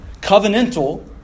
covenantal